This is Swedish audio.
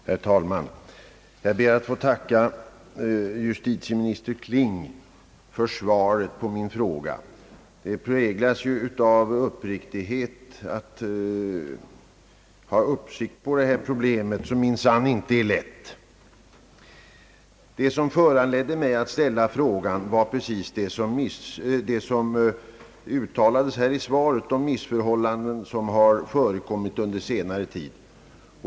Herr talman! Jag ber att få tacka justitieminister Kling för svaret på min fråga. Det präglas av en uppriktig vilja att hålla detta problem, som minsann inte är lätt, under uppsikt. Det som föranledde mig att ställa frågan var just det som det hänvisas till i svaret, nämligen de missförhållanden som under senare tid förekommit.